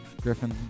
Griffin